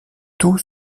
tout